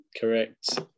correct